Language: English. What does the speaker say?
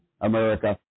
America